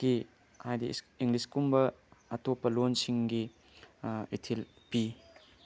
ꯀꯤ ꯍꯥꯏꯗꯤ ꯏꯪꯂꯤꯁꯀꯨꯝꯕ ꯑꯇꯣꯞꯄ ꯂꯣꯟꯁꯤꯡꯒꯤ ꯏꯊꯤꯜ ꯄꯤ